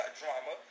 drama